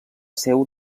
seu